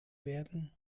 werden